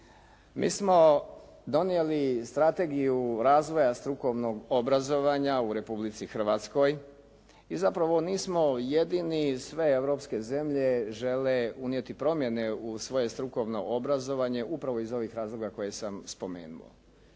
Mi smo donijeli strategiju razvoja strukovnog obrazovanja u Republici Hrvatskoj i zapravo nismo jedini sve europske zemlje žele unijeti promjene u svoje strukovno obrazovanje upravo iz ovih razloga koje sam spomenuo.